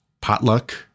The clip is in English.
Potluck